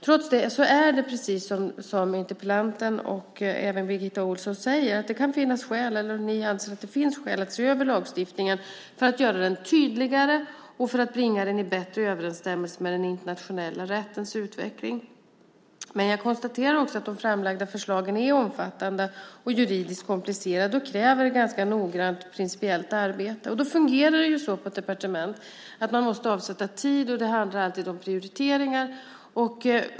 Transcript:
Trots detta kan det precis som interpellanten och även Birgitta Ohlsson säger finnas skäl att se över lagstiftningen för att göra den tydligare och bringa den i bättre överensstämmelse med den internationella rättens utveckling. Jag konstaterar dock att de framlagda förslagen är omfattande och juridiskt komplicerade och kräver ganska noggrant principiellt arbete. Då fungerar det så på ett departement att man måste avsätta tid, och det handlar alltid om prioriteringar.